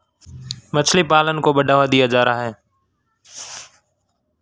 मछली पालन को बढ़ावा क्यों दिया जा रहा है?